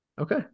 Okay